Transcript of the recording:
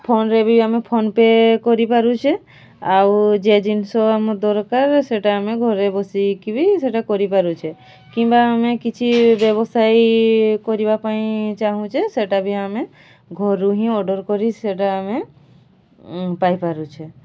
ଫୋନ୍ରେ ବି ଆମେ ଫୋନ୍ପେ' କରିପାରୁଛେ ଆଉ ଯେଉଁ ଜିନିଷ ଆମ ଦରକାର ସେଇଟା ଆମେ ଘରେ ବସିକି ବି ସେଇଟା କରିପାରୁଛେ କିମ୍ବା ଆମେ କିଛି ବ୍ୟବସାୟୀ କରିବା ପାଇଁ ଚାହୁଁଛେ ସେଇଟା ବି ଆମେ ଘରୁ ହିଁ ଅର୍ଡ଼ର୍ କରି ସେଇଟା ଆମେ ପାଇପାରୁଛେ